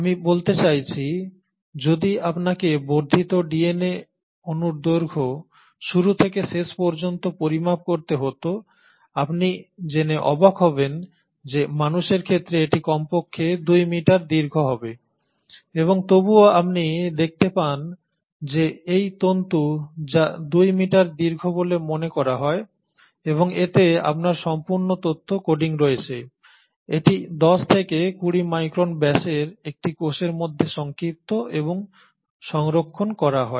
আমি বলতে চাইছি যদি আপনাকে বর্ধিত ডিএনএ অণুর দৈর্ঘ্য শুরু থেকে শেষ পর্যন্ত পরিমাপ করতে হত আপনি জেনে অবাক হবেন যে মানুষের ক্ষেত্রে এটি কমপক্ষে 2 মিটার দীর্ঘ হবে এবং তবুও আপনি দেখতে পান যে এই তন্তু যা 2 মিটার দীর্ঘ বলে মনে করা হয় এবং এতে আপনার সম্পূর্ণ তথ্য কোডিং রয়েছে এটি 10 থেকে 20 মাইক্রন ব্যাসের একটি কোষের মধ্যে সংক্ষিপ্ত এবং সংরক্ষণ করা হয়